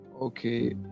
okay